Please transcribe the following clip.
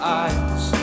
eyes